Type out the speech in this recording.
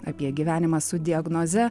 apie gyvenimą su diagnoze